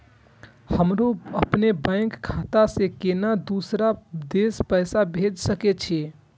हमरो अपने बैंक खाता से केना दुसरा देश पैसा भेज सके छी?